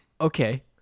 Okay